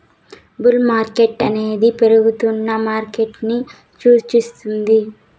bull మార్కెట్టనేది పెరుగుతున్న మార్కెటని సూపిస్తుంది